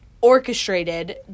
orchestrated